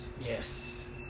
Yes